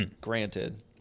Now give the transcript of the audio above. Granted